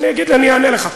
אני אענה לך,